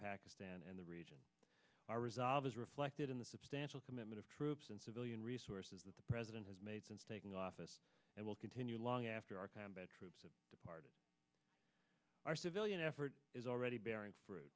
pakistan and the region our resolve is reflected in the substantial commitment of troops and civilian resources that the president has made since taking office it will continue long after our combat troops have departed our civilian effort is already bearing f